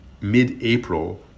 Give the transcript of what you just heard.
mid-April